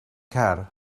car